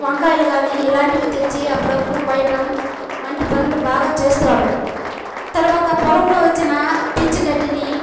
వంకాయలు గానీ ఇలాంటివి తెచ్చి అప్పుడప్పుడు కొయ్యటం వంటి పనులు బాగా చేస్తాడు తర్వాత పొలంలో వచ్చిన పిచ్చి గడ్డిని